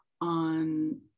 on